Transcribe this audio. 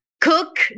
cook